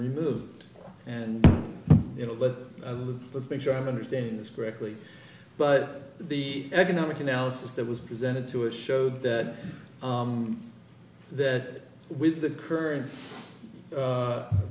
removed and you know but let's make sure i'm understanding this correctly but the economic analysis that was presented to it showed that that with the current